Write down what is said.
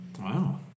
Wow